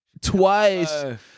twice